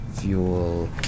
Fuel